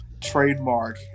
trademark